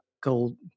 Gold